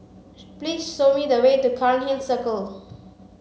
please show me the way to Cairnhill Circle